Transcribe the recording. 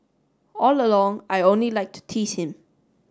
all along I only like to tease him